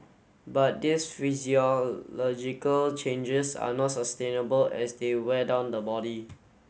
but these physiological changes are not sustainable as they wear down the body